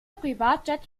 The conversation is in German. privatjet